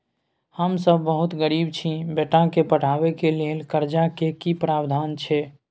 हम सब बहुत गरीब छी, बेटा के पढाबै के लेल कर्जा के की प्रावधान छै?